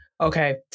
Okay